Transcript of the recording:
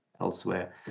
elsewhere